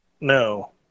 No